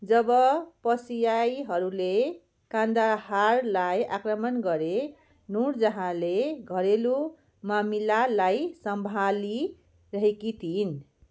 जब पसियाइहरूले कान्दाहारलाई आक्रमण गरे नूरजहाँले घरेलु मामिलालाई सम्भाली रहेकी थिइन्